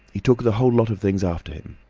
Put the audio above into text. he took the whole lot of things after him.